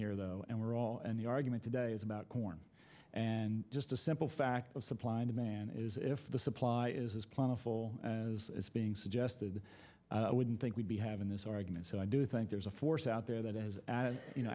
here though and we're all and the argument today is about corn and just a simple fact of supply and demand is if the supply is as plentiful as is being suggested i wouldn't think we'd be having this argument so i do think there's a force out there that as you know